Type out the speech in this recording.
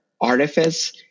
artifice